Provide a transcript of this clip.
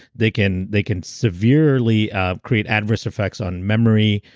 they can they can severely create adverse effects on memory,